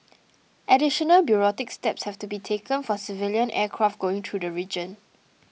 additional bureaucratic steps have to be taken for civilian aircraft going through the region